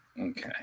Okay